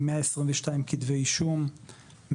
122 כתבי אישום,